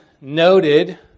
noted